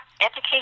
education